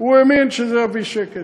הוא האמין שזה יביא שקט,